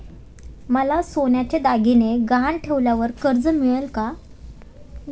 मला सोन्याचे दागिने गहाण ठेवल्यावर कर्ज मिळेल का?